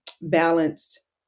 balanced